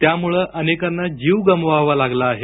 त्यामुळे अनेकांना जीव गमवावा लागला आहे